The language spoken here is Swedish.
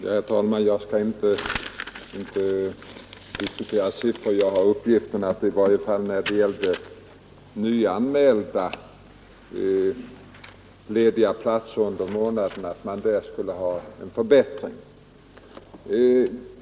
Herr talman! Jag skall inte diskutera siffror. Jag har uppgiften att det, i varje fall när det gäller nyanmälda lediga platser under månaden, skulle vara en förbättring.